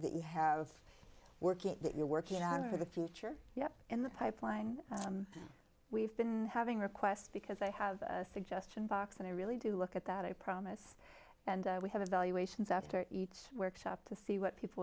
that you have working that you're working on for the future you have in the pipeline we've been having request because they have a suggestion box and i really do look at that i promise and we have evaluations after each workshop to see what people